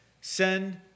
Send